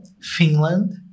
Finland